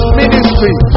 ministry